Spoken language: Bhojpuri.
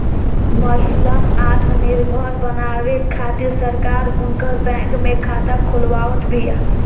महिलन आत्मनिर्भर बनावे खातिर सरकार उनकर बैंक में खाता खोलवावत बिया